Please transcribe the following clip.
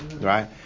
Right